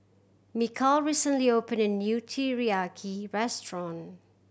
Mikal recently opened a new Teriyaki Restaurant